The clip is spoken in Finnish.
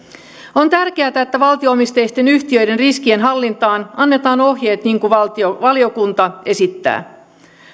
on tärkeätä että valtio omisteisten yhtiöiden riskienhallintaan annetaan ohjeet niin kuin valiokunta esittää